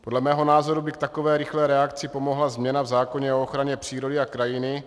Podle mého názoru by k takové rychlé reakci pomohla změna v zákoně o ochraně přírody a krajiny.